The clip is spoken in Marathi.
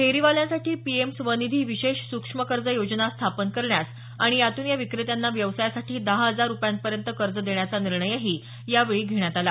फेरीवाल्यांसाठी पीएम स्वनिधी ही विशेष सूक्ष्म कर्ज योजना स्थापन करण्यास आणि यातून या विक्रेत्यांना व्यवसायासाठी दहा हजार रुपयांपर्यंत कर्ज देण्याचा निर्णयही यावेळी घेण्यात आला